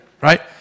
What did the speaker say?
right